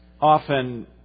often